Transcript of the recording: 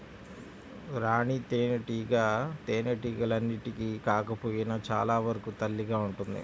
రాణి తేనెటీగ తేనెటీగలన్నింటికి కాకపోయినా చాలా వరకు తల్లిగా ఉంటుంది